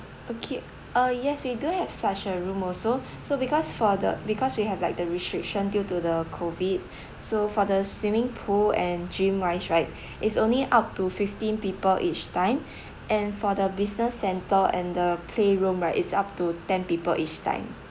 okay uh yes we do have such a room also so because for the because we have like the restriction due to the COVID so for the swimming pool and gym wise right it's only up to fifteen people each time and for the business center and the playroom right it's up to ten people each time